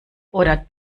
oder